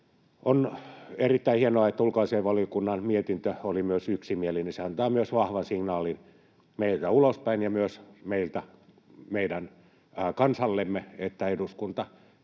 On erittäin hienoa, että ulkoasiainvaliokunnan mietintö oli myös yksimielinen. Se antaa myös vahvan signaalin meiltä ulospäin ja meiltä myös meidän kansallemme, että eduskunta